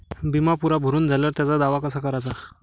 बिमा पुरा भरून झाल्यावर त्याचा दावा कसा कराचा?